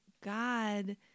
God